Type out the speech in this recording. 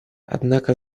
однако